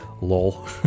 Lol